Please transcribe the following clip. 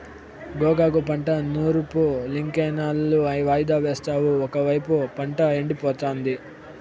గోగాకు పంట నూర్పులింకెన్నాళ్ళు వాయిదా యేస్తావు ఒకైపు పంట ఎండిపోతాంది